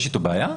יש איתו בעיה?